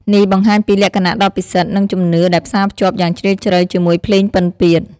នេះបង្ហាញពីលក្ខណៈដ៏ពិសិដ្ឋ និងជំនឿដែលផ្សារភ្ជាប់យ៉ាងជ្រាលជ្រៅជាមួយភ្លេងពិណពាទ្យ។